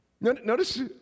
Notice